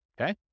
okay